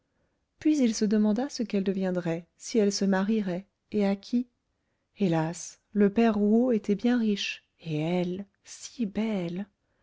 puis il se demanda ce qu'elle deviendrait si elle se marierait et à qui hélas le père rouault était bien riche et elle si belle